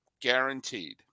guaranteed